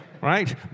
right